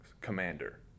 commander